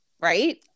Right